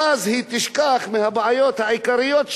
ואז היא תשכח מהבעיות העיקריות שלה,